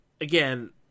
again